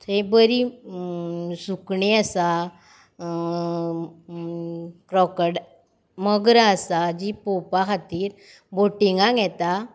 थंय बरीं सुकणीं आसा मगरां आसा जी पळोवपा खातीर बॉटिंगाक येता